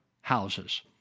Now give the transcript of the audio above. houses